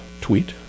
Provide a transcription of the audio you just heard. tweet